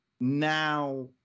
now